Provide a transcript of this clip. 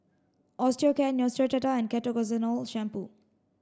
Osteocare Neostrata and Ketoconazole shampoo